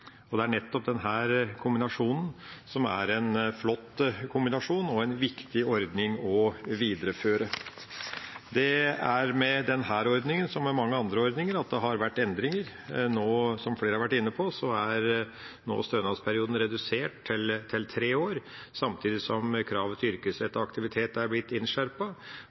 arbeid. Det er nettopp denne kombinasjonen som er en flott kombinasjon og en viktig ordning å videreføre. Det er med denne ordninga som med mange andre ordninger, at det har vært endringer. Nå er, som flere har vært inne på, stønadsperioden redusert til tre år, samtidig som kravet til aktivitet er